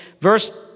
Verse